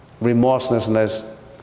remorselessness